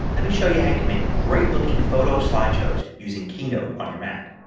let me show you how you can make great looking photo slideshows using keynote on your mac.